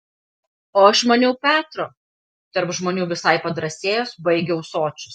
o aš maniau petro tarp žmonių visai padrąsėjęs baigia ūsočius